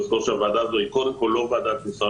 צריך לזכור שהוועדה הזו היא קודם כל לא ועדת משרד